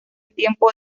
tiempo